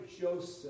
Joseph